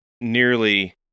nearly